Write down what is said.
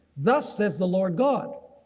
thus says the lord god.